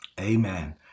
Amen